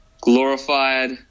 Glorified